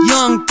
Young